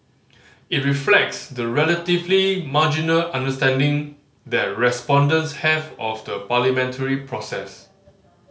it reflects the relatively marginal understanding that respondents have of the parliamentary process